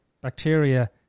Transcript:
bacteria